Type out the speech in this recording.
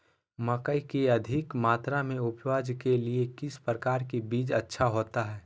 मकई की अधिक मात्रा में उपज के लिए किस प्रकार की बीज अच्छा होता है?